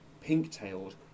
pink-tailed